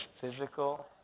physical